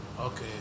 Okay